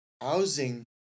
housing